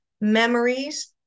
memories